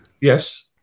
Yes